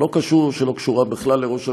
שלא קשורה בכלל לראש הממשלה,